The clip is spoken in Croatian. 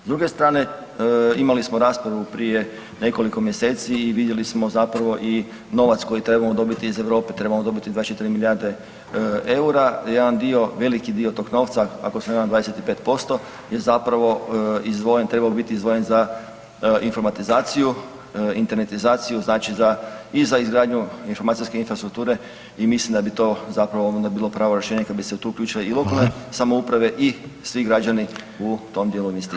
S druge strane, imali smo raspravu prije nekoliko mjeseci i vidjeli smo zapravo i novac koji trebamo dobiti iz Europe, trebamo dobiti 24 milijarde eura, jedan dio, veliki dio tog novca, ako se ne varam, 25% je zapravo izdvojen, trebao biti izdvojen za informatizaciju, internetizaciju, znači za i za izgradnju informacijske infrastrukture i mislim da bi to zapravo bilo onda pravo rješenje kad bi se tu uključili i lokalne samouprave i svi građani u tom djelu investicija.